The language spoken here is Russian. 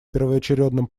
первоочередном